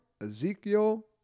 Ezekiel